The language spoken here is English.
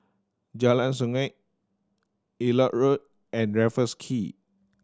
Jalan Sungei Elliot Road and Raffles Quay